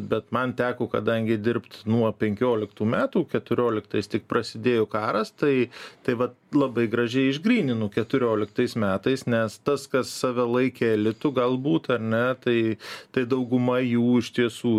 bet man teko kadangi dirbt nuo penkioliktų metų keturlioktais tik prasidėjo karas tai taip vat labai gražiai išgryninu keturioliktais metais nes tas kas save laikė elitu galbūt ar ne tai tai dauguma jų iš tiesų